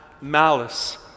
malice